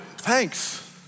thanks